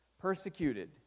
Persecuted